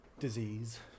disease